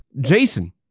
Jason